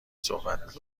صحبت